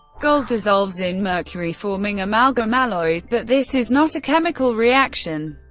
gold dissolves in mercury, forming amalgam alloys, but this is not a chemical reaction.